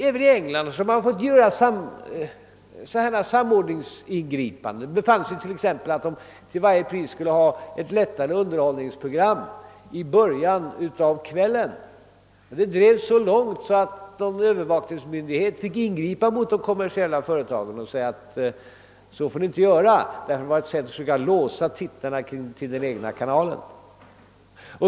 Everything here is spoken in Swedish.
Även i England har man fått göra samordningsingripanden. Det befanns exempelvis att ITA till varje pris ville ha ett lättare underhållningsprogram i början av kvällen, och det drevs så långt att en övervakningsmyndighet måste ingripa mot det kommersiella företaget och säga att man inte fick göra så, ty det var ett sätt att försöka låsa tittarna till den egna kanalen.